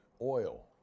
oil